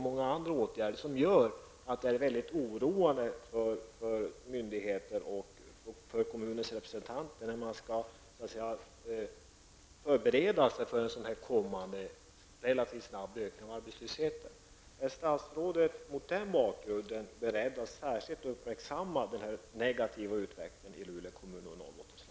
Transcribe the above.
Ochså många andra åtgärder gör det mycket oroande för myndigheter och för kommunens representanter när man nu relativt snabbt skall förbereda sig för en kommande, relativt snabb ökning av arbetslösheten. Är statsrådet mot den bakgrunden beredd att särskilt uppmärksamma den här negativa utvecklingen i Luleå kommun och i